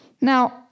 Now